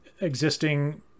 existing